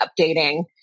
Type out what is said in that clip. updating